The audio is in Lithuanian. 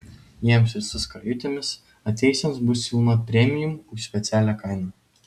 jiems ir su skrajutėmis atėjusiems bus siūloma premium už specialią kainą